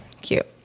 Cute